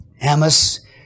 Amos